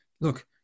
look